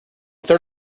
third